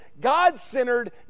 God-centered